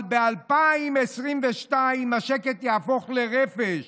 אבל ב-2022 השקט יהפוך לרפש.